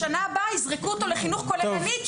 בשנה הבאה יזרקו אותו לחינוך כוללני,